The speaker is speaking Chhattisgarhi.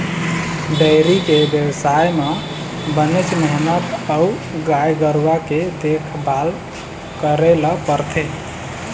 डेयरी के बेवसाय म बनेच मेहनत अउ गाय गरूवा के देखभाल करे ल परथे